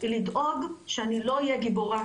לדאוג שאני לא אהיה גיבורה,